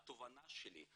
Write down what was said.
התובנה שלי,